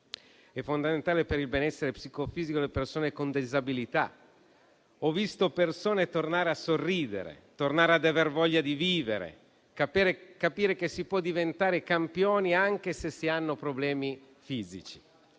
è fondamentale per il benessere psicofisico delle persone con disabilità. Ho visto persone tornare a sorridere, tornare ad aver voglia di vivere, capire che si può diventare campioni anche se si hanno problemi fisici.